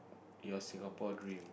your Singapore dream